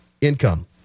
income